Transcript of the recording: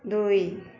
ଦୁଇ